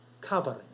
covering